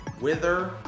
Wither